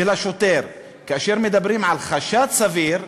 של השוטר, כאשר מדברים על חשד סביר,